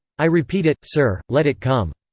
i repeat it, sir, let it come.